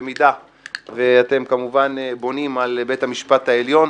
במידה ואתם כמובן בונים על בית המשפט העליון,